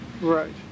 Right